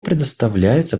предоставляется